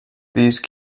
these